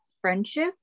friendship